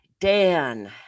Dan